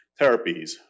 therapies